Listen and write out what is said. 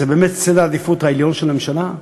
זה באמת עליון בסדר העדיפויות של הממשלה?